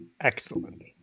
Excellent